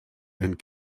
and